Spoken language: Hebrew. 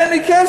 אין לי כסף,